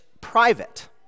private